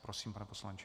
Prosím, pane poslanče.